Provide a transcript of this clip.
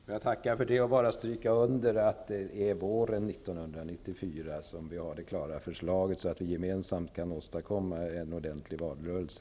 Fru talman! Jag tackar för det inlägget. Jag vill bara understryka att det är våren 1994 som vi skall ha förslaget klart för att kunna åstadkomma en ordentlig valrörelse.